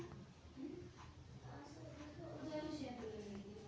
महसूल कर जमा करून सरकार लोकांची कामे करते, जसे रस्ते बांधणे, पाणी देणे इ